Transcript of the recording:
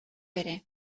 ere